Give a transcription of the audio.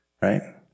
right